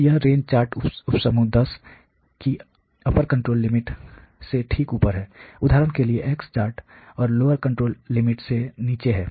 तो यह range chart उपसमूह 10 की अपर कंट्रोल लिमिट से ठीक ऊपर है उदाहरण के लिए x चार्ट पर लोअर कंट्रोल लिमिट से नीचे है